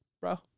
bro